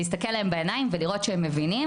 להסתכל להם בעיניים ולראות שהם מבינים